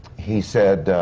he said,